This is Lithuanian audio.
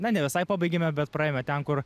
na ne visai pabaigėme bet praėjome ten kur